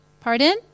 Pardon